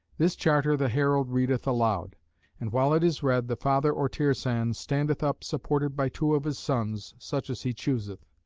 this charter the herald readeth aloud and while it is read, the father or tirsan standeth up supported by two of his sons, such as he chooseth.